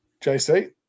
JC